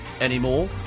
Anymore